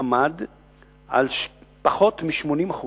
עמד על פחות מ-80%